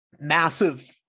massive